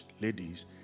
ladies